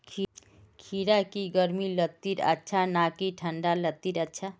खीरा की गर्मी लात्तिर अच्छा ना की ठंडा लात्तिर अच्छा?